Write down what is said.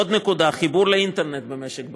עוד נקודה: חיבור לאינטרנט במשק בית.